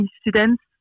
students